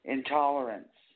Intolerance